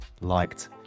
liked